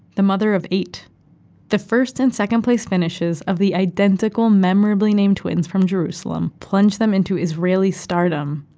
the mother of eight the first and second place finishes of the identical, memorably-named twins from jerusalem plunged them into israeli stardom.